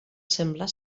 semblar